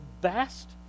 best